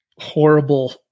horrible